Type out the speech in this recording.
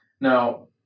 now